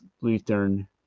Lutheran